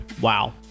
Wow